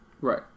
right